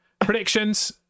Predictions